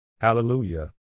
Hallelujah